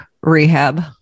rehab